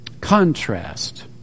contrast